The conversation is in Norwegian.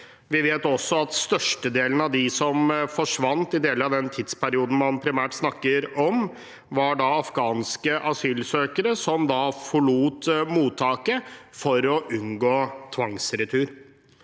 Vi vet at størstedelen av dem som forsvant i deler av den tidsperioden man primært snakker om, var afghanske asylsøkere som forlot mottaket for å unngå tvangsretur.